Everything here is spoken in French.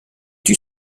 tue